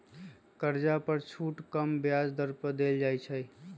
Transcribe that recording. कर्जा पर छुट कम ब्याज दर पर देल जाइ छइ